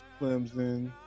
Clemson